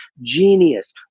genius